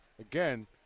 again